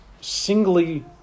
singly